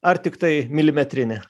ar tiktai milimetrinį